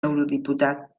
eurodiputat